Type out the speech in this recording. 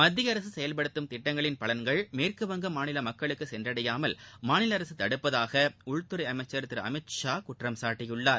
மத்தியஅரசு செயல்படுத்தும் திட்டங்களின் பலன்கள் மேற்குவங்க மாநில மக்களுக்கு சென்றடையாமல் மாநில அரசு தடுப்பதாக உள்துறை அமைச்சர் திரு அமித்ஷா குற்றம்சாட்டியுள்ளார்